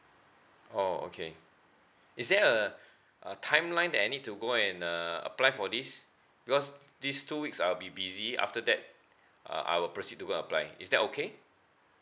oh okay is there a a timeline that I need to go and uh apply for this because these two weeks I'll be busy after that I will proceed to go and apply is that okay